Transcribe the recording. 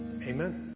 Amen